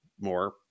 more